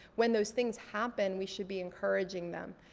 when those things happen, we should be encouraging them.